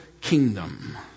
kingdom